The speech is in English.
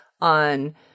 on